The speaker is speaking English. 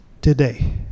today